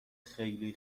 خیلی